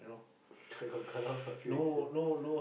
I got cut off a few ex here